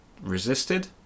resisted